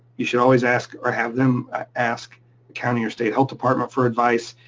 you should always ask or have them ask the county or state health department for advice,